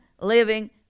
living